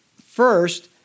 first